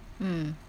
mm